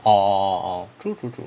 orh orh orh true true true